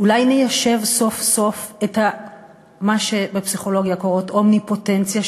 אולי ניישב סוף-סוף את מה שבפסיכולוגיה קוראות אומניפוטנציה,